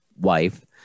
wife